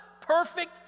perfect